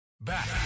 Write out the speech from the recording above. Back